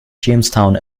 jamestown